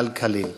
קל קליל".